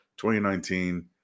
2019